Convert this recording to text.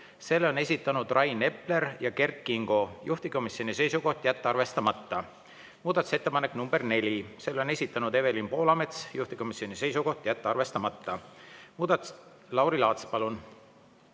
selle on esitanud Rain Epler ja Kert Kingo, juhtivkomisjoni seisukoht: jätta arvestamata. Muudatusettepanek nr 4, selle on esitanud Evelin Poolamets, juhtivkomisjoni seisukoht: jätta arvestamata. Lauri Laats, palun!